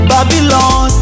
Babylon